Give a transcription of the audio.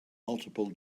multiple